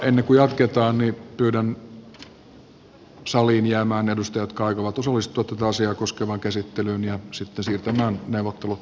ennen kuin jatketaan pyydän saliin jäämään ne edustajat jotka aikovat osallistua tätä asiaa koskevaan käsittelyyn ja sitten muita siirtämään neuvottelut salin ulkopuolelle